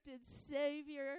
Savior